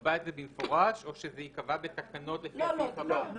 נקבע את זה במפורש או שזה ייקבע בתקנות לפי הסעיף הבא?